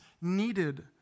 needed